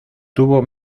tuvo